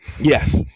Yes